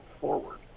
forward